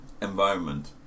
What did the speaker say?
environment